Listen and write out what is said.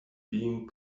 being